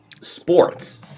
sports